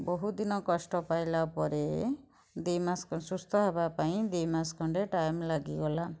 ବହୁତ ଦିନ କଷ୍ଟ ପାଇଲା ପରେ ଦୁଇ ମାସ ସୁସ୍ଥ ହେବା ପାଇଁ ଦୁଇ ମାସ ଖଣ୍ଡେ ଟାଇମ୍ ଲାଗିଗଲା